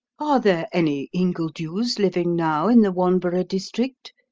are there any ingledews living now in the wanborough district?